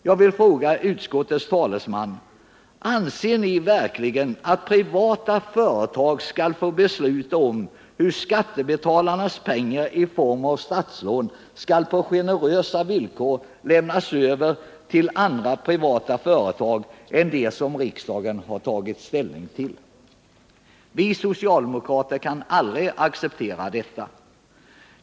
Jag vill fråga utskottets talesman: Anser ni verkligen att privata företag skall få besluta om hur skattebetalarnas pengar i form av statslån på generösa villkor skall lämnas över till andra privata företag än dem som riksdagen tagit ställning till? Vi socialdemokrater kan aldrig acceptera detta.